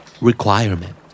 Requirement